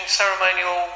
ceremonial